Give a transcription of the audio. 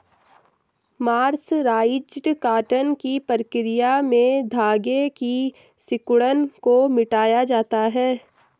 mercerised cotton की प्रक्रिया में धागे की सिकुड़न को मिटाया जाता है